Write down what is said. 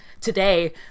today